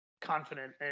confident